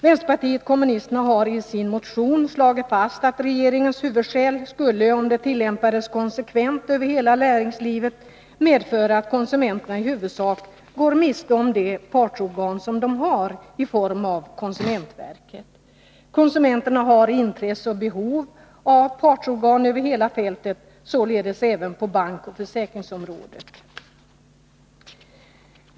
Vänsterpartiet kommunisterna har i sin motion slagit fast att regeringens huvudskäl skulle, om det tillämpades konsekvent över hela näringslivet, medföra att konsumenterna i huvudsak går miste om det partsorgan de har i form av konsumentverket. Konsumenterna har intresse och behov av partsorgan över hela fältet, således även på bankoch försäkringsområdet.